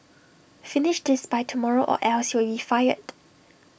finish this by tomorrow or else you'll be fired